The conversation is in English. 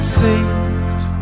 saved